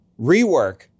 rework